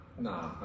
Nah